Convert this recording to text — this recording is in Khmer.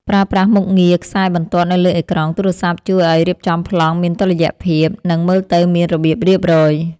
ប្រើប្រាស់មុខងារខ្សែបន្ទាត់នៅលើអេក្រង់ទូរស័ព្ទជួយឱ្យរៀបចំប្លង់មានតុល្យភាព និង មើលទៅមានរបៀបរៀបរយ។